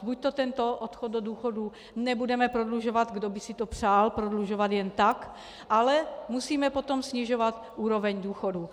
Buďto tento odchod do důchodu nebudeme prodlužovat kdo by si to přál, prodlužovat jen tak , ale musíme potom snižovat úroveň důchodů.